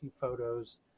photos